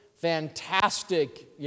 fantastic